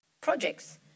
projects